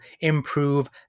improve